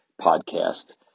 podcast